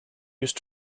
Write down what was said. used